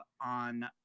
on